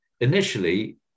initially